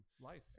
Life